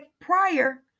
prior